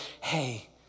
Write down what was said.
hey